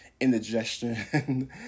indigestion